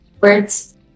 Words